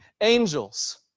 angels